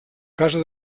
casa